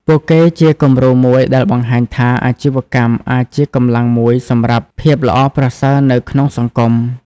ពួកគេជាគំរូមួយដែលបង្ហាញថាអាជីវកម្មអាចជាកម្លាំងមួយសម្រាប់ភាពល្អប្រសើរនៅក្នុងសង្គម ។